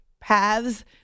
paths